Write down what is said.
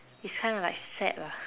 it's kinda like sad ah